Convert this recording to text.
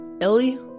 Ellie